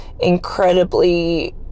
incredibly